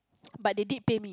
but they did pay me